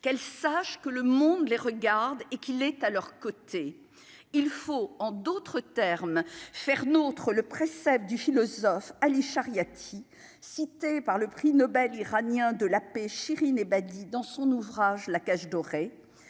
qu'elle sache que le monde les regarde et qu'il est à leurs côtés, il faut en d'autres termes faire nous. Pour le précepte du philosophe Ali Charia, cité par le prix Nobel iranien de la paix Chirine Ebadi, dans son ouvrage La cage dorée,